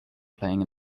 playing